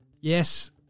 yes